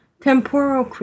temporal